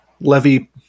levy